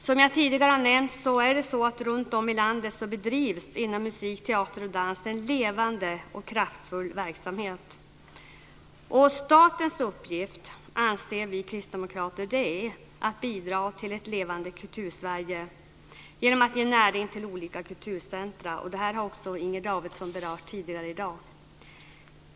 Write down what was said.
Som jag tidigare har nämnt bedrivs det runtom i landet en levande och kraftfull verksamhet inom musik, teater och dans. Statens uppgift, anser vi kristdemokrater, är att bidra till ett levande Kultursverige genom att ge näring till olika kulturcentrum. Detta har också Inger Davidson berört tidigare i dag.